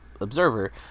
observer